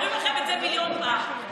אומרים לכם את זה מיליון פעם,